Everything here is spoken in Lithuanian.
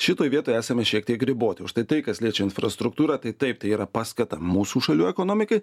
šitoj vietoj esame šiek tiek riboti o štai tai kas liečia infrastruktūrą tai taip tai yra paskata mūsų šalių ekonomikai